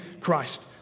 Christ